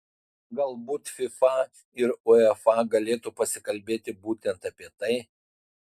galbūt fifa ir uefa galėtų pasikalbėti būtent apie tai